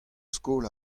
skol